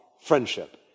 friendship